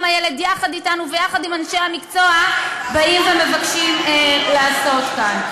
הילד יחד אתנו ויחד עם אנשי המקצוע באים ומבקשים לעשות כאן.